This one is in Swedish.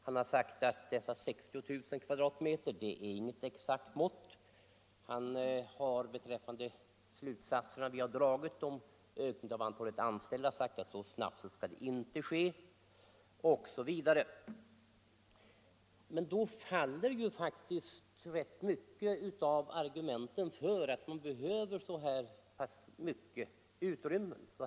Han sade att uppgiften om 60 000 m” inte skall uppfattas som något exakt mått. Beträffande de slutsatser vi har dragit om ökningen av antalet anställda sade han att så snabbt skall den inte ske, osv. Men därmed faller faktiskt många av argumenten för att man skulle behöva så här mycket utrymme.